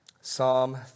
Psalm